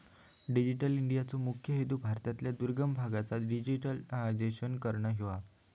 digital इंडियाचो मुख्य हेतू भारतातल्या दुर्गम भागांचा डिजिटायझेशन करना ह्यो आसा